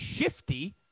shifty